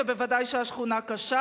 וודאי שהשכונה קשה,